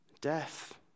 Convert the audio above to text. Death